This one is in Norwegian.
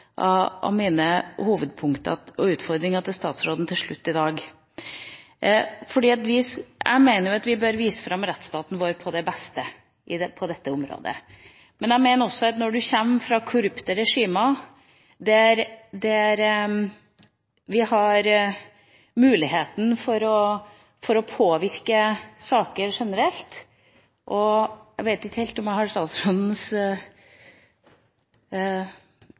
av mine hovedpunkter og utfordringer til statsråden til slutt i dag. Jeg mener at vi bør vise fram rettsstaten vår på det beste på dette området. Det viktige er at vi har en rettsstat som fungerer. Men når folk kommer fra korrupte regimer, bør de ha en mulighet til å få objektiv informasjon som ikke kommer fra staten, og